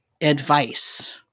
advice